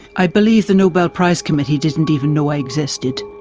i believe the nobel prize committee didn't even know i existed.